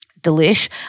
Delish